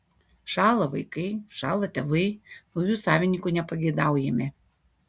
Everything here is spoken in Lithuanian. šąla vaikai šąla tėvai naujų savininkų nepageidaujami